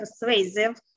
persuasive